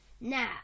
Now